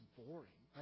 boring